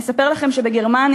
אספר לכם שבגרמניה,